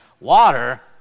water